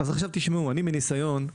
תשמעו, מניסיון,